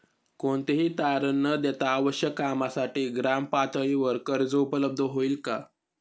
कोणतेही तारण न देता आवश्यक कामासाठी ग्रामपातळीवर कर्ज उपलब्ध होईल का?